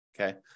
Okay